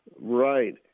Right